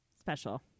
special